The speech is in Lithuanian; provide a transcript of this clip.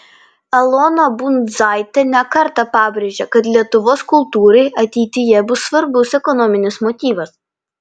elona bundzaitė ne kartą pabrėžė kad lietuvos kultūrai ateityje bus svarbus ekonominis motyvas